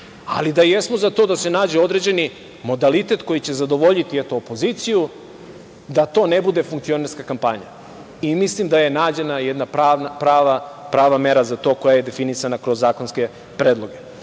ali da jesmo za to da se nađe određeni modalitet koji će zadovoljiti opoziciju da to ne bude funkcionerska kampanja i mislim da je nađena jedna prava mera za to koja je definisana kroz zakonske predloge. Što